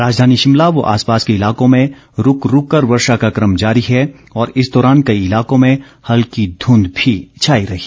राजधानी शिमला व आसपास के इलाको में रूक रूक कर वर्षा का क्रम जारी है और इस दौरान कई इलाकों में हल्की ध्रंध भी छाई रही